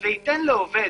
וייתן לעובד